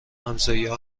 همسایه